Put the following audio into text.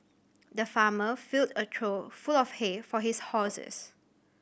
the farmer filled a trough full of hay for his horses